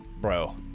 bro